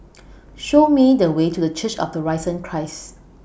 Show Me The Way to Church of The Risen Christ